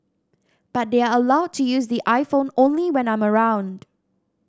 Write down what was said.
but they are allowed to use the iPhone only when I'm around